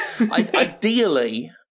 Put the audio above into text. Ideally